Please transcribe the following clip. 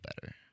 better